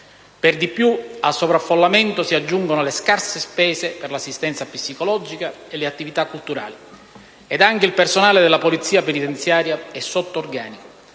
troppi. Al sovraffollamento si aggiungono le scarse spese per l'assistenza psicologica e le attività culturali. Anche il personale della Polizia penitenziaria è sotto organico.